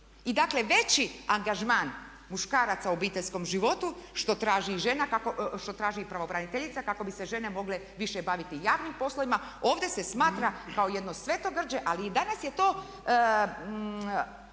I dakle veći angažman muškaraca u obiteljskom životu što traži i žena, što traži i pravobraniteljica kako bi se žene mogle više baviti javnim poslovima ovdje se smatra kao jedno svetogrđe. Ali i danas je to